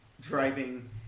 driving